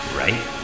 right